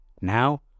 Now